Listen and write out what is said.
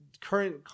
current